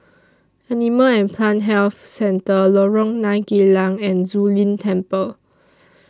Animal and Plant Health Centre Lorong nine Geylang and Zu Lin Temple